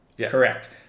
Correct